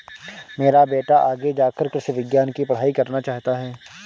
मेरा बेटा आगे जाकर कृषि विज्ञान की पढ़ाई करना चाहता हैं